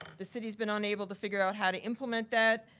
the city's been unable to figure out how to implement that.